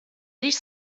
dich